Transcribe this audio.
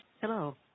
Hello